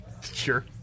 Sure